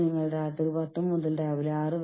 നമ്മൾക്ക് തൊഴിൽ ബന്ധ തന്ത്രമുണ്ട്